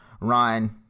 Ryan